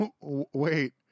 Wait